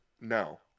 No